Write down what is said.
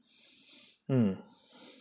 mm